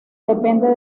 depende